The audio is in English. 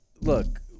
look